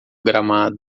gramado